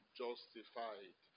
justified